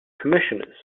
commissioners